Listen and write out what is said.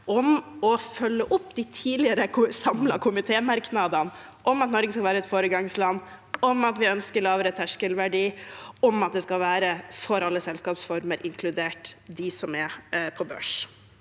om å følge opp de tidligere merknadene fra en samlet komité om at Norge skal være et foregangsland, om at vi ønsker lavere terskelverdi, og om at det skal være for alle selskapsformer, inkludert dem som er på børs?